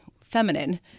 feminine